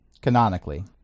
Canonically